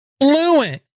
fluent